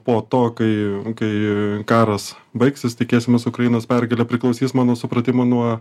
po to kai kai karas baigsis tikėsimės ukrainos pergalė priklausys mano supratimu nuo